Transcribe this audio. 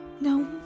No